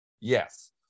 yes